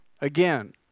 again